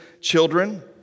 children